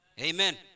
Amen